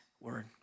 word